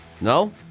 No